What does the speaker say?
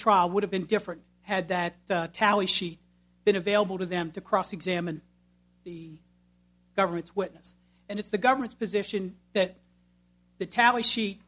trial would have been different had that tally sheet been available to them to cross examine the government's witness and it's the government's position that the tally sheet